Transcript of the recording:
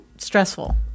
Stressful